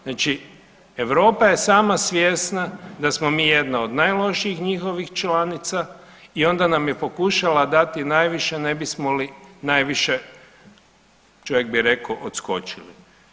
Znači Europa je sama svjesna da smo mi jedna od najlošijih njihovih članica i onda nam je pokušala dati najviše ne bismo li najviše čovjek bi rekao odskočili.